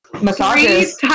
massages